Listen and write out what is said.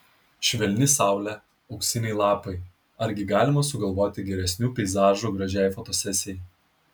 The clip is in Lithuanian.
švelni saulė auksiniai lapai argi galima sugalvoti geresnių peizažų gražiai fotosesijai